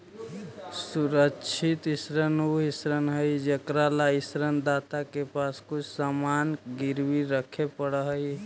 सुरक्षित ऋण उ ऋण हइ जेकरा ला ऋण दाता के पास कुछ सामान गिरवी रखे पड़ऽ हइ